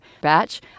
batch